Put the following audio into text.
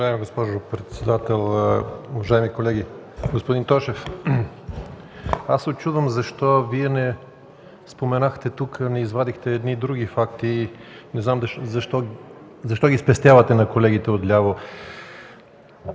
Уважаема госпожо председател, уважаеми колеги! Господин Тошев, аз се учудвам защо Вие не споменахте и не извадихте тук едни други факти. Не знам защо ги спестявате на колегите отляво